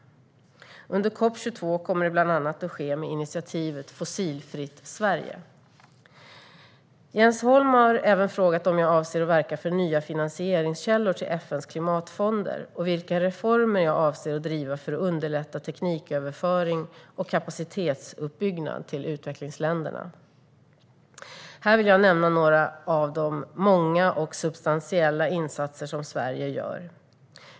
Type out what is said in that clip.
Under COP 22 kommer det bland annat att ske med initiativet Fossilfritt Sverige. Jens Holm har även frågat om jag avser att verka för nya finansieringskällor till FN:s klimatfonder och vilka reformer jag avser att driva för att underlätta tekniköverföring och kapacitetsuppbyggnad till utvecklingsländerna. Här vill jag nämna några av de många och substantiella insatser som Sverige gör.